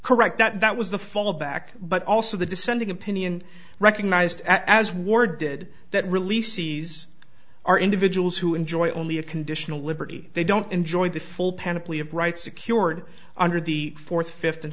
correct that that was the fallback but also the dissenting opinion recognized as war did that releasing these are individuals who enjoy only a conditional liberty they don't enjoy the full panoply of rights secured under the fourth fifth and